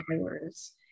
hours